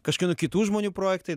kažkieno kitų žmonių projektai